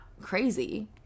crazy